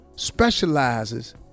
specializes